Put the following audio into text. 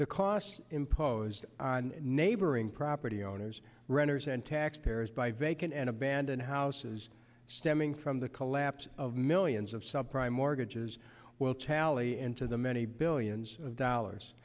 the costs imposed on neighboring property owners renters and taxpayers by vacant and abandoned houses stemming from the collapse of millions of subprime mortgages well tally into the many billions of dollars